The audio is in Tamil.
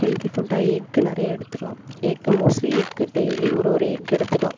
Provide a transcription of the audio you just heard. ஹெல்தி ஃபுட்டாக எக்கு நிறைய எடுத்துக்கலாம் எக்கு மோஸ்ட்லி எக்கு டெய்லி ஒரு ஒரு எக்கு எடுத்துக்கலாம்